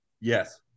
Yes